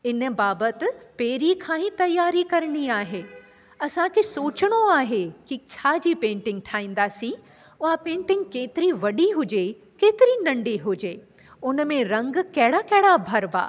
इन बाबति पहिरीं खां ई तयारी करिणी आहे असांखे सोचिणो आहे की छा जी पेंटिंग ठाहींदासीं उहा पेंटिंग केतिरी वॾी हुजे केतिरी नंढी हुजे उनमें रंग कहिड़ा कहिड़ा भरबा